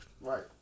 right